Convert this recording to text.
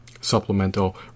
supplemental